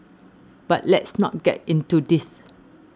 but let's not get into this